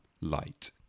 light